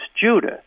Judah